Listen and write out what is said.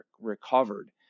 recovered